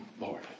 Lord